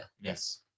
Yes